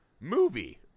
movie